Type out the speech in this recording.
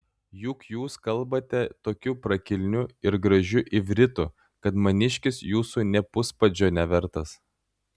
juk jūs kalbate tokiu prakilniu ir gražiu ivritu kad maniškis jūsų nė puspadžio nevertas